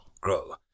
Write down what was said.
grow